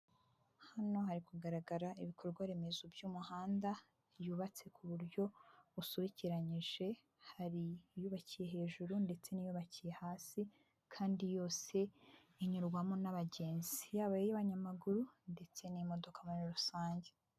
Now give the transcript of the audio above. Hano hari kugaragara ibikorwa remezo by'umuhanda byubatse ku buryo busukiranyije, hari iyubakiye hejuru ndetse n'iyubakiye hasi kandi yose inyurwamo n'abagenzi, yaba iy'abanyamaguru ndetse n'imodoka muri rusange.